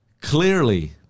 clearly